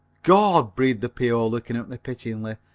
gord, breathed the p o, looking at me pityingly,